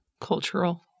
cultural